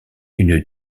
une